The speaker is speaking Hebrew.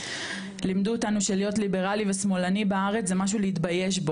לימדו אותנו שלהיות ליברלי ושמאלני בארץ זה משהו להתבייש,